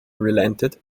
relented